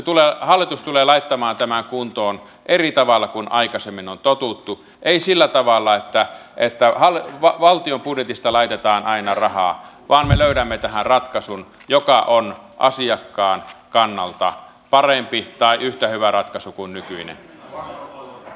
mutta hallitus tulee laittamaan tämän kuntoon eri tavalla kuin aikaisemmin on totuttu ei sillä tavalla että valtion budjetista laitetaan aina rahaa vaan me löydämme tähän ratkaisun joka on asiakkaan kannalta parempi tai yhtä hyvä ratkaisu kuin nykyinen